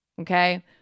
okay